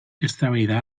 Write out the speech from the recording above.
eztabaida